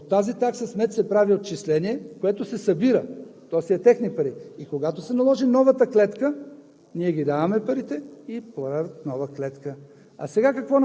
Създават се регионалните депа, прави се такса смет. От тази такса смет се прави отчисление, което се събира – то са си техни пари, и когато се наложи новата клетка,